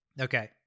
Okay